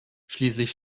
schließlich